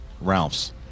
Ralph's